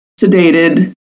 sedated